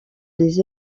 les